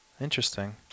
Interesting